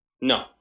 No